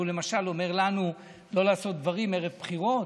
הוא למשל אומר לנו לא לעשות דברים ערב בחירות,